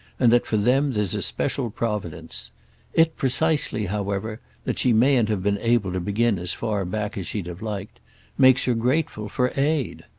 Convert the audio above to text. and that for them there's a special providence it precisely however that she mayn't have been able to begin as far back as she'd have liked makes her grateful for aid.